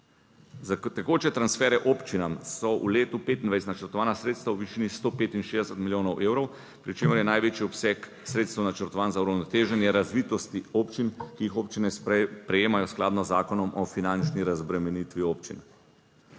Za tekoče transfere občinam so v letu 2025 načrtovana sredstva v višini 165 milijonov evrov, pri čemer je največji obseg sredstev načrtovan za uravnoteženje razvitosti občin, ki jih občine prejemajo skladno z Zakonom o finančni razbremenitvi občin.